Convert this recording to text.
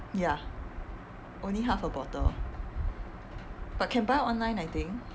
ya only half a bottle but can buy online I think